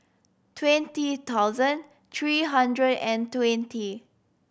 twenty thousand three hundred and twenty